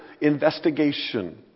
investigation